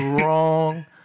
wrong